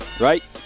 Right